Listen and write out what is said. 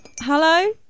Hello